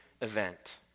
event